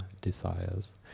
desires